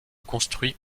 construit